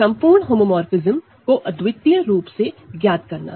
संपूर्ण होमोमोरफ़िज्म को अद्वितीय रूप से ज्ञात करना